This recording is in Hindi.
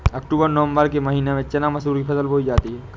अक्टूबर नवम्बर के महीना में चना मसूर की फसल बोई जाती है?